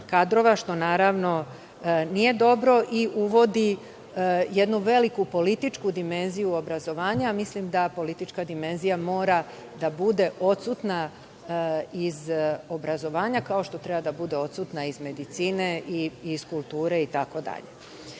što naravno nije dobro i uvodi jednu veliku političku dimenziju u obrazovanje, a mislim da politička dimenzija mora da bude odsutna iz obrazovanja, kao što treba da bude odsutna i iz medicine, iz kulture